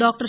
doctor